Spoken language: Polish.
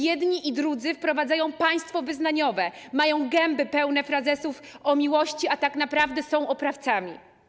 Jedni i drudzy wprowadzają państwo wyznaniowe, mają gęby pełne frazesów o miłości, a tak naprawdę są oprawcami.